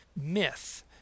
myth